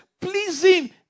pleasing